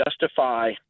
justify